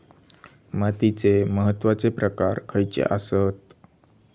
मातीचे महत्वाचे प्रकार खयचे आसत?